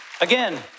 Again